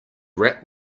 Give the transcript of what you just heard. rap